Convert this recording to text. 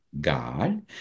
God